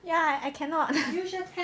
ya I cannot